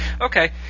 Okay